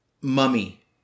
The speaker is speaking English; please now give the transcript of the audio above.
mummy